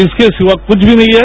इसके सिवा कुछ भी नहीं है